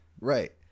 Right